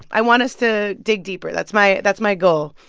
i want us to dig deeper. that's my that's my goal.